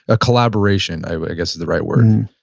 ah collaboration, i guess is the right word